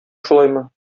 шулаймы